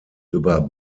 über